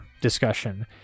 discussion